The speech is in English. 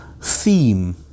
theme